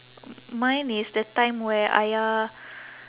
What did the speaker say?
mine is the time where ayah